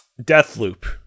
Deathloop